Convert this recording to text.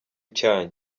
cyanyu